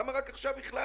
למה רק עכשיו בכלל